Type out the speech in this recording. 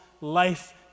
life